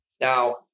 Now